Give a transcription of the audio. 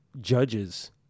judges